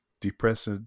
depressed